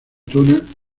túnel